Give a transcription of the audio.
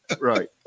Right